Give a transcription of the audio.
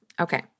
Okay